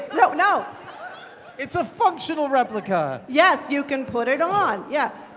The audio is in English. you know it's a functional replica. yes, you can put it on, yeah.